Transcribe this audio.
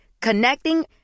Connecting